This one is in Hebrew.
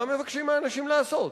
מה מבקשים מהאנשים לעשות?